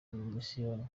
misiyoni